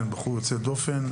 בחור יוצא דופן.